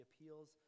appeals